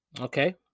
Okay